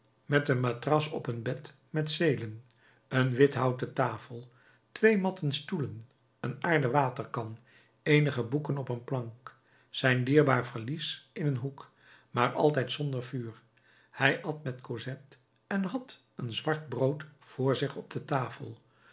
met een matras op een bed met zeelen een withouten tafel twee matten stoelen een aarden waterkan eenige boeken op een plank zijn dierbaar valies in een hoek maar altijd zonder vuur hij at met cosette en had een zwart brood voor zich op de tafel